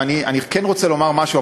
ואני כן רוצה לומר משהו,